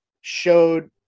showed